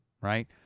right